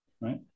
right